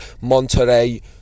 Monterey